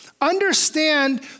understand